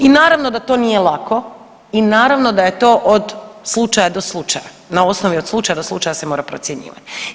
I naravno da to nije lako i naravno da je to od slučaja do slučaja, na osnovi od slučaja do slučaja se mora procjenjivati.